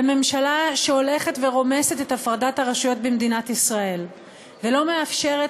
בממשלה שהולכת ורומסת את הפרדת הרשויות במדינת ישראל ולא מאפשרת